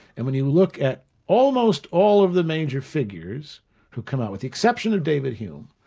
and when you look at almost all of the major figures who come out, with the exception of david hume,